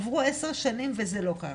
עברו עשר שנים וזה לא קרה.